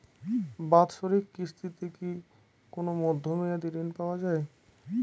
বাৎসরিক কিস্তিতে কি কোন মধ্যমেয়াদি ঋণ পাওয়া যায়?